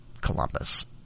Columbus